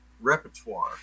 repertoire